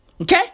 Okay